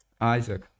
Isaac